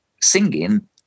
singing